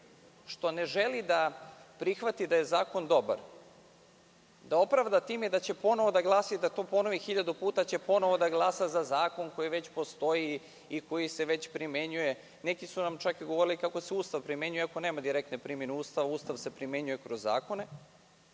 što ne želi da prihvati da je zakon dobar, da opravda time što će ponovo da glasa i da to ponovi hiljadu puta, da glasa za zakon koji postoji i koji se već primenjuje…Neki su nam čak govorili da se Ustav primenjuje, iako nema direktne primene Ustava. Ustav se primenjuje kroz zakone.